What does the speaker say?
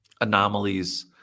anomalies